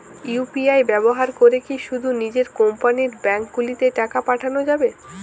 UPI ব্যবহার করে কি শুধু নিজের কোম্পানীর ব্যাংকগুলিতেই টাকা পাঠানো যাবে?